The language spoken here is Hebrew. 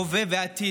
הווה ועתיד,